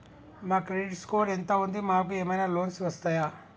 మా credit score ఎంత ఉంది? మాకు ఏమైనా లోన్స్ వస్తయా?